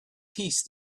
peace